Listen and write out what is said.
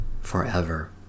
forever